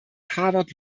harvard